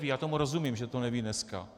Já tomu rozumím, že to neví dneska.